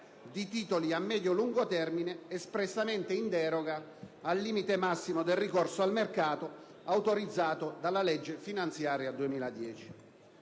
di titoli a medio lungo termine espressamente in deroga al limite massimo del ricorso al mercato autorizzato dalla legge finanziaria 2010.